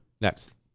next